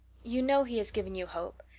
you know he has given you hope.